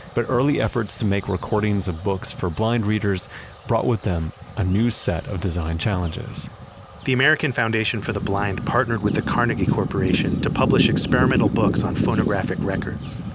but early efforts to make recordings of books for blind readers brought with them a new set of design challenges the american foundation for the blind partnered with the carnegie corporation to publish experimental books on phonographic records.